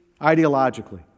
ideologically